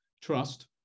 Trust